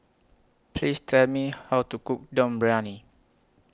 Please Tell Me How to Cook Dum Briyani